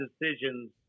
decisions